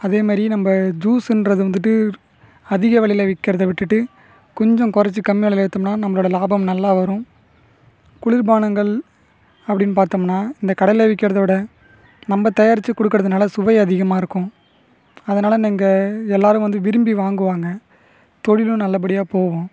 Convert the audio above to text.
அதேமாரி நம்ப ஜூஸ்ஸுன்றது வந்துட்டு அதிக வெலையில் விற்கறதை விட்டுவிட்டு கொஞ்சம் கொறச்சு கம்மி வெலையில் விற்றோம்னா நம்மளோடய லாபம் நல்லா வரும் குளிர்பானங்கள் அப்படின்னு பார்த்தோம்னா இந்த கடையில் விற்கறத விட நம்ப தயாரிச்சு கொடுக்கறதுனால சுவை அதிகமாக இருக்கும் அதனாலே இங்கே எல்லோரும் வந்து விரும்பி வாங்குவாங்க தொழிலும் நல்லபடியாக போகும்